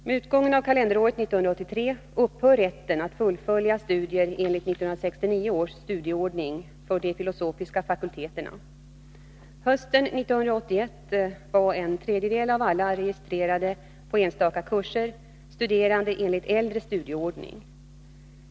Med utgången av kalenderåret 1983 upphör rätten att fullfölja studier enligt 1969 års studieordning för de filosofiska fakulteterna. Hösten 1981 var en tredjedel av alla registrerade på enstaka kurser studerande enligt äldre studieordning.